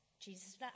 Jesus